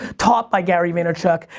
taught by gary vaynerchuk.